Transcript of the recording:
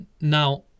Now